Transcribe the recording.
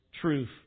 truth